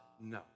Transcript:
no